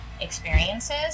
experiences